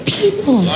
people